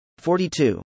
42